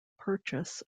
purchase